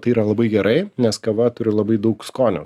tai yra labai gerai nes kava turi labai daug skonio